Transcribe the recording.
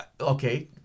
okay